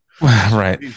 right